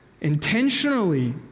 intentionally